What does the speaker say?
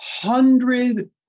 hundred